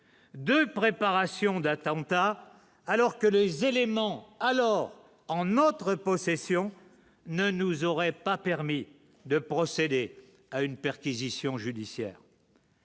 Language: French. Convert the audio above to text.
2 préparations d'attentats alors que les éléments alors en notre possession ne nous aurait pas permis de procéder à une perquisition judiciaire.